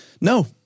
No